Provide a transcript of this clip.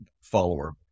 follower